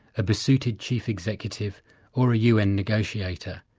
a besuited chief executive or a un negotiator,